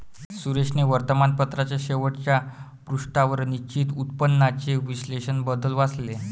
सुरेशने वर्तमानपत्राच्या शेवटच्या पृष्ठावर निश्चित उत्पन्नाचे विश्लेषण बद्दल वाचले